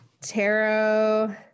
tarot